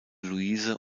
louise